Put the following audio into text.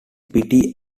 pity